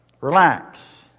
Relax